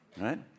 right